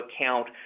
account